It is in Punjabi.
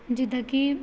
ਜਿੱਦਾਂ ਕਿ